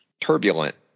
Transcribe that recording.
turbulent